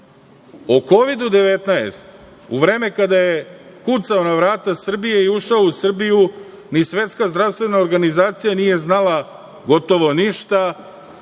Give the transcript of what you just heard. O Kovidu-19, u vreme kada je kucao na vrata Srbije i ušao u Srbiju ni Svetska zdravstvena organizacija nije znala gotovo ništa,